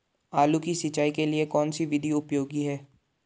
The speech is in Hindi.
आलू की सिंचाई के लिए कौन सी विधि उपयोगी है?